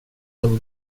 som